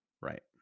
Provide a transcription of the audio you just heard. Right